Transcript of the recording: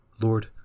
Lord